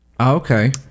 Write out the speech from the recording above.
Okay